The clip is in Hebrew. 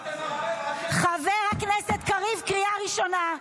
--- חבר הכנסת קריב, קריאה ראשונה.